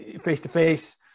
face-to-face